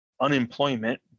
unemployment